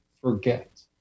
forget